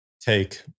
take